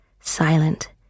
silent